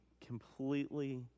completely